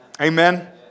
Amen